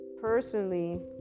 personally